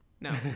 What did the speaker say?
No